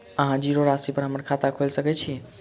अहाँ जीरो राशि पर हम्मर खाता खोइल सकै छी?